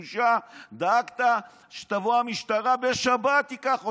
"בושה" דאגת שתבוא המשטרה בשבת ותיקח אותה.